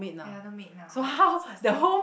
the other maid now so I say